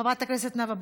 חבר הכנסת אמיר אוחנה,